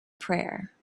prayer